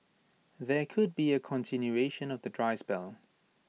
there could be A continuation of the dry spell